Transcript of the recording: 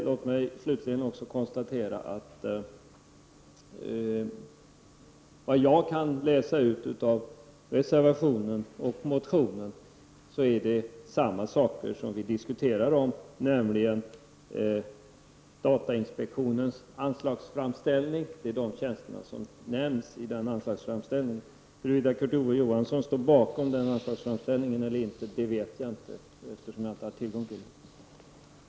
Låt mig slutligen konstatera att såvitt jag kan se av reservationen och motionen rör det sig om samma frågor som vi nu diskuterar, nämligen datainspektionens anslagsframställning. Det är de tjänsterna som nämns i anslagsframställningen. Huruvida Kurt Ove Johansson står bakom den anslagsframställningen eller ej vet jag inte, eftersom jag inte har tillgång till den.